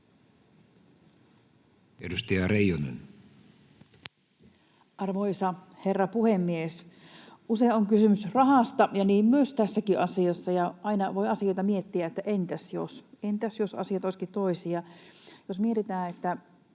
16:12 Content: Arvoisa herra puhemies! Usein on kysymys rahasta ja niin on tässäkin asiassa, ja aina voi asioita miettiä, että entäs jos, entäs jos asiat olisivatkin toisin. Jos mietitään, että